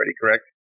correct